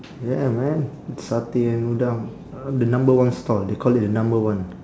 ya man eat satay and udang uh the number one stall they call it the number one